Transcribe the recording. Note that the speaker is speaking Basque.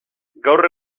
gaur